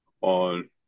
on